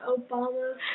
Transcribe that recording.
Obama